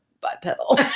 bipedal